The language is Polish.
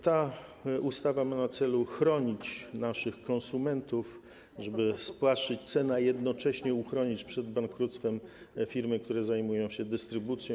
Ta ustawa ma na celu chronić naszych konsumentów, żeby spłaszczyć ceny, a jednocześnie uchronić przed bankructwem firmy, które zajmują się dystrybucją.